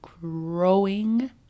growing